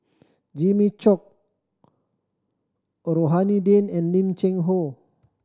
Jimmy Chok Rohani Din and Lim Cheng Hoe